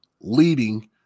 leading